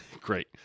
great